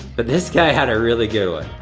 but this guy had a really good one.